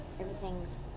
everything's